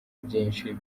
byinshi